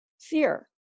Fear